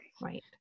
Right